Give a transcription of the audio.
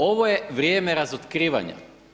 Ovo je vrijeme razotkrivanja.